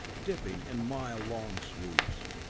dipping in mile-long swoops.